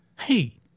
hey